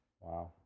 Wow